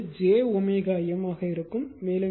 எனவே இது j wM ஆக இருக்கும்